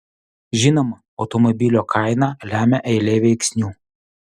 žinoma automobilio kainą lemia eilė veiksnių